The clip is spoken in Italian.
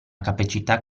capacità